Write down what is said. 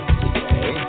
today